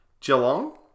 Geelong